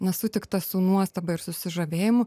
nesutikta su nuostaba ir susižavėjimu